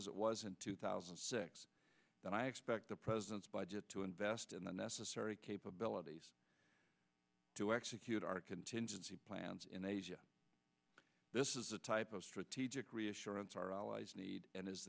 as it was in two thousand and six then i expect the president's budget to invest in the necessary capabilities to execute our contingency plans in asia this is the type of strategic reassurance our allies need and is